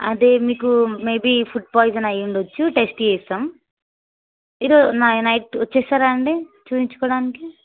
అదే మీకు maybe food poison అయుండొచ్చు టెస్ట్ చేస్తాము మీరు నై నైట్ వచ్చేస్తారు అండి చూపించుకోవడానికి